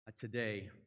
today